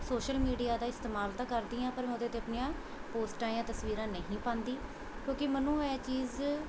social media ਦਾ ਇਸਤੇਮਾਲ ਤਾਂ ਕਰਦੀ ਹਾਂ ਪਰ ਮੈਂ ਉਹਦੇ 'ਤੇ ਆਪਣੀਆਂ ਪੋਸਟਾਂ ਯਾ ਤਸਵੀਰਾਂ ਨਹੀਂ ਪਾਉਂਦੀ ਕਿਉਂਕਿ ਮੈਨੂੰ ਇਹ ਚੀਜ਼